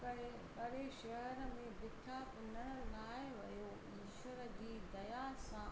करे करे शहर में बिख्या पिनण लाइ वियो ईश्वर जी दया सां